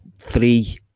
Three